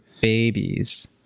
babies